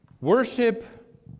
Worship